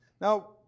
Now